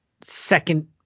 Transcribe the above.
second